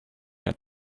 had